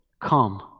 come